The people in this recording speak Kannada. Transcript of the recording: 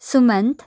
ಸುಮಂತ್